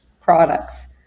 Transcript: products